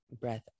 Breath